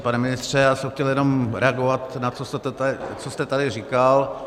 Pane ministře, já jsem chtěl jenom reagovat na to, co jste tady říkal.